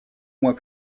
mois